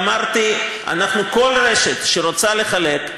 ואמרתי: כל רשת שרוצה לחלק,